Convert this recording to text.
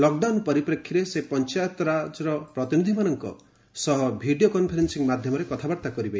lockdown ପରିପ୍ରେକ୍ଷୀରେ ସେ ପଞ୍ଚାୟତର ପ୍ରତିନିଧିମାନଙ୍କ ସହ ଭିଡ଼ିଓ କନ୍ଫରେନ୍ସିଂ ମାଧ୍ୟମରେ କଥାବାର୍ତ୍ତା କରିବେ